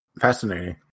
Fascinating